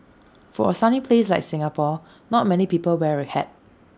for A sunny place like Singapore not many people wear A hat